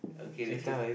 okay next ques~